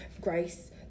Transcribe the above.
Grace